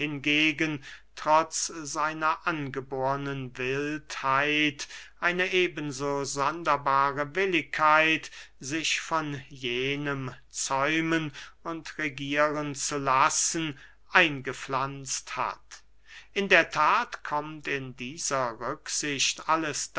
hingegen trotz seiner angebornen wildheit eine eben so sonderbare willigkeit sich von jenem zäumen und regieren zu lassen eingepflanzt hat in der that kommt in dieser rücksicht alles